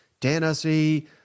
Tennessee